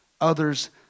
others